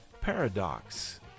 Paradox